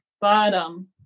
bottom